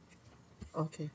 okay